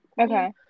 Okay